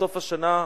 בסוף השנה,